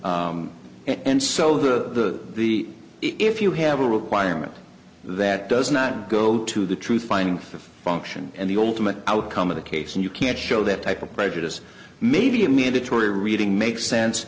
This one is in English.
counsel and so the the if you have a requirement that does not go to the truth finding the function and the ultimate outcome of the case and you can't show that type of prejudice maybe a mandatory reading makes sense